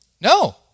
No